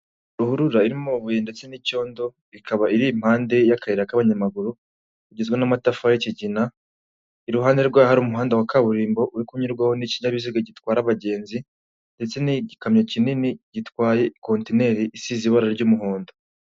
Ruhurura irimo amabuye ndetse n'icyondo, ikaba iri impande y'akayira k'abanyamaguru, igizwe n'amatafari y'ikigina, iruhande rwayo hari umuhanda wa kaburimbo uri kunyurwaho n'ikinyabiziga gitwara abagenzi ndetse n'igikamyo kinini gitwaye konteneri isize ibara ry'umuhondo.